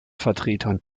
vertretern